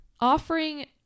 offering